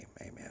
amen